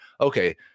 okay